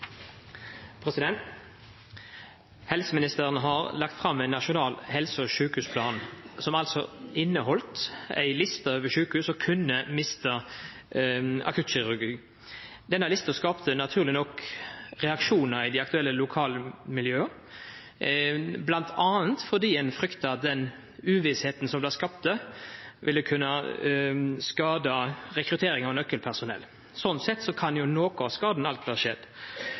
Helseministeren har lagt fram ein nasjonal helse- og sjukehusplan som inneheldt ei liste over sjukehus som kunne mista akuttkirurgi. Denne lista skapte naturleg nok reaksjonar i dei aktuelle lokalmiljøa, bl.a. fordi ein frykta at den uvissa som det skapte, ville kunna skada rekrutteringa av nøkkelpersonell. Slik sett kan jo noko av skaden alt ha skjedd.